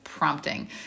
prompting